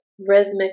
rhythmic